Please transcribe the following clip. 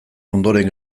ondoren